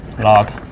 log